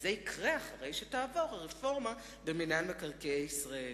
זה יקרה אחרי שתעבור הרפורמה במינהל מקרקעי ישראל.